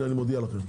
אני מודיע.